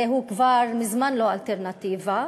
הרי הוא כבר מזמן לא אלטרנטיבה,